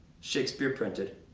shakespeare printed